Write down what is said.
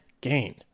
gain